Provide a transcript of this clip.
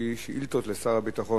שהוא שאילתות לשר הביטחון.